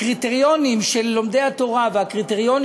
הקריטריונים של לומדי התורה והקריטריונים